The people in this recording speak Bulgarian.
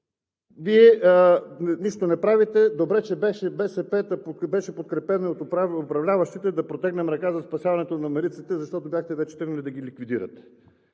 Вие нищо не правите. Добре, че беше БСП, та беше подкрепено и от управляващите да протегнем ръка за спасяването на мариците, защото бяхте вече тръгнали да ги ликвидирате.